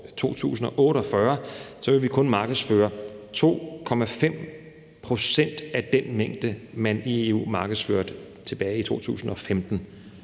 2048, kun vil blive markedsført 2,5 pct. af den mængde, man i EU markedsførte tilbage i 2015.